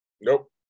Nope